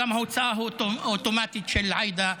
גם הוצאה אוטומטית של עאידה,